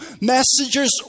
Messengers